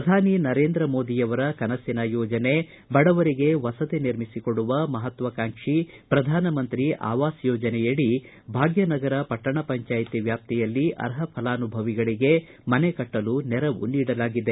ಪ್ರಧಾನಿ ನರೇಂದ್ರ ಮೋದಿಯವರ ಕನಸಿನ ಯೋಜನೆ ಬಡವರಿಗೆ ವಸತಿ ನಿರ್ಮಿಸಿ ಕೊಡುವ ಮಹತ್ವಾಕಾಂಕ್ಷಿ ಪ್ರಧಾನ ಮಂತ್ರಿ ಆವಾಸ ಯೋಜನೆಯಡಿ ಭಾಗ್ಮನಗರ ಪಟ್ಟಣ ಪಂಜಾಯತಿ ವ್ಯಾಪ್ತಿಯಲ್ಲಿ ಅರ್ಹಫಲಾನುಭವಿಗಳಿಗೆ ಮನೆ ಕಟ್ಟಲು ನೆರವು ನೀಡಲಾಗಿದೆ